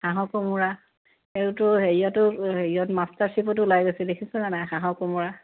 হাঁহৰ কোমোৰা সেইটো হেৰিয়তো হেৰিয়ত মাষ্টাৰছ্য়েফতো ওলাই গৈছে দেখিছানে নাই হাঁহৰ কোমোৰা